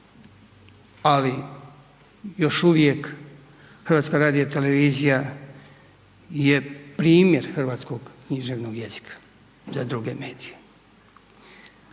Ali još uvijek HRT je primjer hrvatskog književnog jezika za druge medije.